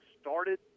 started